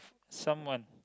someone